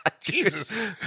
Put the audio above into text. Jesus